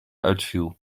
uitviel